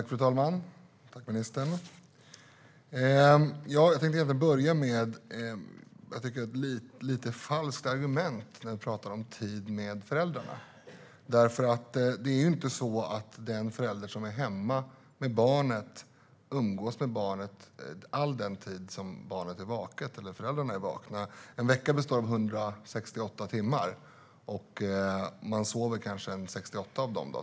Fru talman! Tack, ministern! Jag vill börja med att säga att jag tycker att det är ett lite falskt argument när vi pratar om tid med föräldrarna. Det är ju inte så att den förälder som är hemma med barnet umgås med barnet all den tid som barnet och föräldrarna är vakna. En vecka består av 168 timmar, och av dessa kanske man sover 68 timmar.